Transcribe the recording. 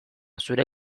zure